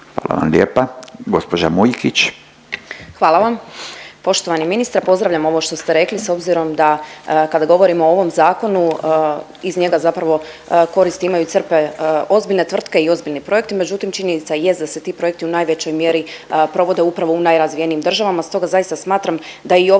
Hvala lijepa. Gospođa Mujkić.